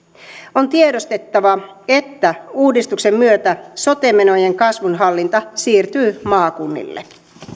on tiedostettava että uudistuksen myötä sote menojen kasvunhallinta siirtyy maakunnille